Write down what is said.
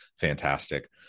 fantastic